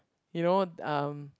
you know um